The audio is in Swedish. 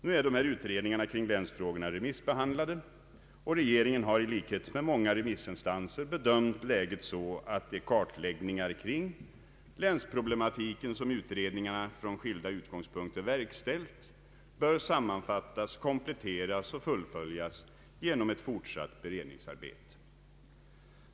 Nu är utredningarna kring länsfrågorna remissbehandlade, och regeringen har i likhet med många remissinstanser bedömt läget så att de kartläggningar kring länsproblematiken som utredningarna från skilda utgångspunkter verkställt bör sammanfattas, komplette ras och fullföljas genom ett fortsatt beredningsarbete.